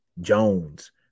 Jones